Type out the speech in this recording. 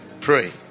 Pray